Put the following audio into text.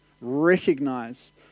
recognize